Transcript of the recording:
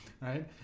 Right